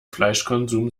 fleischkonsum